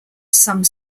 some